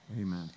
Amen